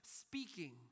speaking